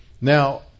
Now